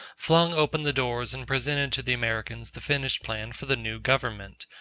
flung open the doors and presented to the americans the finished plan for the new government.